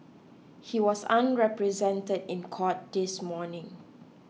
he was unrepresented in court this morning